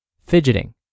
fidgeting